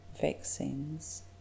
vaccines